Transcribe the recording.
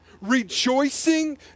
Rejoicing